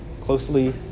Closely